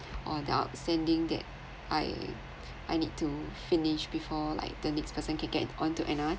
or they're sending that I I need to finish before like the next person could get onto another